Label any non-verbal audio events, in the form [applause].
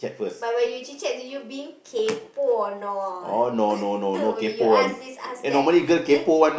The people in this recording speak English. but when you chit chat do you being kaypoh or not [laughs] when you ask this ask that eh